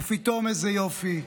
ופתאום איזה יופי,